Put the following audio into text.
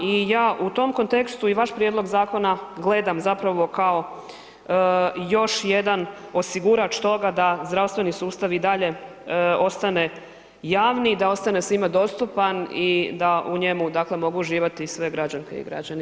I ja u tom kontekstu i vaš prijedlog zakona gledam zapravo kao još jedan osigurač toga da zdravstveni sustav i dalje ostane javni, da ostane svima dostupan i da u njemu dakle mogu uživati i sve građanke i građani.